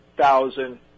thousand